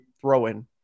throw-in